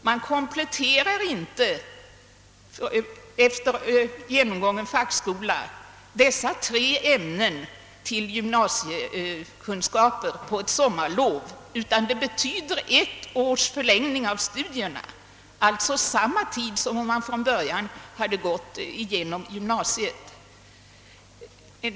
Man kompletterar inte efter genomgången fackskola dessa tre ämnen till gymnasiekunskaper på ett sommarlov, utan det blir ett års förlängning av studierna; tiden blir alltså densamma som om man från början hade gått igenom gymnasiet.